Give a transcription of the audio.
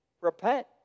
repent